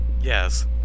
Yes